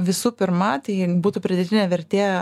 visų pirma tai būtų pridėtinė vertė